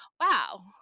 wow